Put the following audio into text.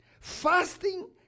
fasting